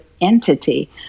entity